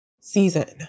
season